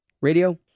Radio